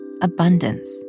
abundance